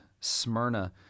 Smyrna